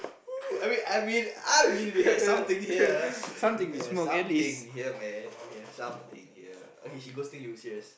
I mean we have something here we have something here man we have something here oh she ghosting you serious